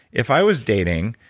if i was dating,